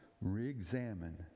re-examine